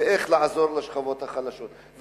ואיך לעזור לשכבות החלשות,